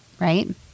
Right